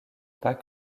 pas